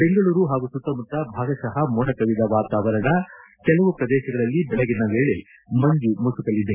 ಬೆಂಗಳೂರು ಹಾಗೂ ಸುತ್ತಮುತ್ತ ಭಾಗಶಃ ಮೋಡಕವಿದ ವಾತಾವರಣ ಕೆಲವು ಪ್ರದೇಶಗಳಲ್ಲಿ ಬೆಳಗಿನ ವೇಳೆ ಮಂಜು ಮುಸುಕಲಿದೆ